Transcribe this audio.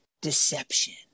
deception